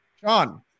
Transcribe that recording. John